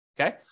Okay